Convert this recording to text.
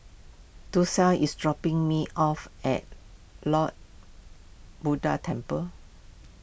Dorsey is dropping me off at Lord Buddha Temple